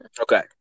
Okay